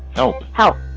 help! help!